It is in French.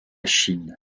chine